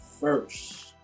first